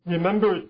Remember